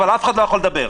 אבל אף אחד לא יכול לדבר.